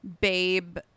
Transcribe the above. Babe